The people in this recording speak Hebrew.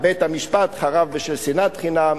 בית-המקדש חרב בשל שנאת חינם,